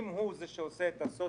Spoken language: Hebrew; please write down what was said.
אמרנו שאם הוא זה שעושה את הסוציו,